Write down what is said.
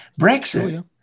Brexit